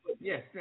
Yes